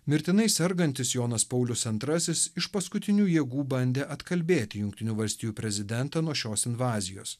mirtinai sergantis jonas paulius antrasis iš paskutinių jėgų bandė atkalbėti jungtinių valstijų prezidentą nuo šios invazijos